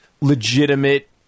legitimate